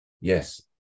Yes